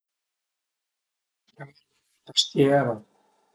Tastiera